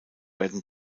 werden